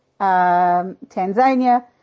Tanzania